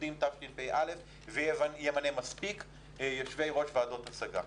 הלימודים תשפ"א וימנה מספיק יושבי-ראש ועדות השגה.